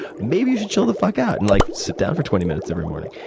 maybe you should chill the fuck out and like sit down for twenty minutes every morning.